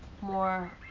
more